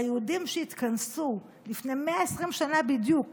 והיהודים שהתכנסו לפני 120 שנה בדיוק